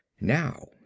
Now